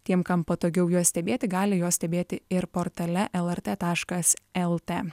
tiem kam patogiau juos stebėti gali juos stebėti ir portale lrt taškas lt